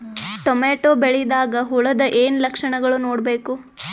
Tomato ಬೆಳಿದಾಗ್ ಹುಳದ ಏನ್ ಲಕ್ಷಣಗಳು ನೋಡ್ಬೇಕು?